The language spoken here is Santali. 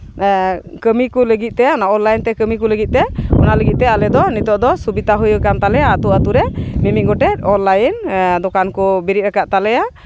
ᱠᱟᱹᱢᱤ ᱠᱚ ᱞᱟᱹᱜᱤᱫ ᱛᱮ ᱚᱱᱞᱟᱭᱤᱱ ᱛᱮ ᱠᱟᱹᱢᱤ ᱠᱚ ᱞᱟᱹᱜᱤᱫ ᱛᱮ ᱚᱱᱟ ᱞᱟᱹᱜᱤᱫ ᱛᱮ ᱟᱞᱮ ᱫᱚ ᱱᱤᱛᱚᱜ ᱫᱚ ᱥᱩᱵᱤᱫᱟ ᱦᱩᱭᱩᱜ ᱠᱟᱱ ᱛᱟᱞᱮᱭᱟ ᱟᱛᱳ ᱟᱛᱳ ᱨᱮ ᱢᱤᱢᱤᱫ ᱜᱚᱴᱮᱡ ᱚᱱᱞᱟᱭᱤᱱ ᱫᱚᱠᱟᱱ ᱠᱚ ᱵᱮᱨᱮᱫ ᱟᱠᱟᱜ ᱛᱟᱞᱮᱭᱟ